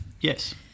Yes